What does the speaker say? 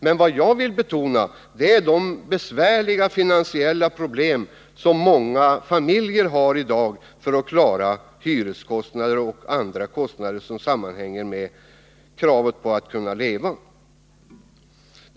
Men vad jag vill betona är de besvärliga finansiella problem som många familjer i dag har när det gäller att klara hyreskostnader och andra kostnader som sammanhänger med kravet på att man skall kunna leva.